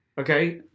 okay